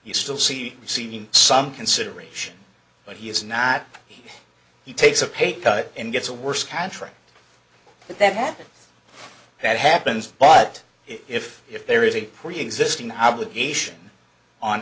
you still see receiving some consideration but he is not he takes a pay cut and gets a worse contract if that happens that happens but if there is a preexisting obligation on